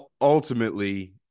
Ultimately –